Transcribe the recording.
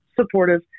supportive